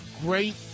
great